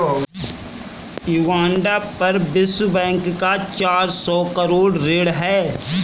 Uganda पर विश्व bank का चार सौ करोड़ ऋण है